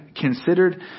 considered